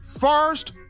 first